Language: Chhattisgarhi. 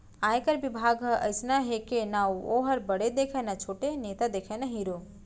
आयकर बिभाग ह अइसना हे के ना वोहर बड़े देखय न छोटे, नेता देखय न हीरो